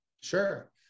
Sure